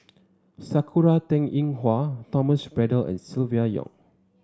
Sakura Teng Ying Hua Thomas Braddell and Silvia Yong